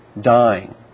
dying